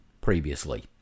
previously